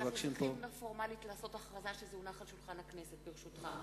אנחנו מדברים על תוכנית שכולנו רוצים להצליח